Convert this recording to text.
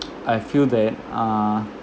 I feel that uh